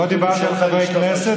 לא דיברתי על חברי כנסת,